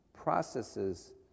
processes